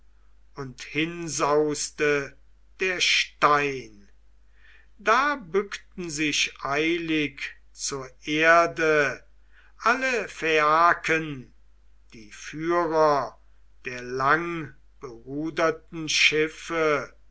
und hinsauste der stein da bückten sich eilig zur erden alle phaiaken die führer der langberuderten schiffe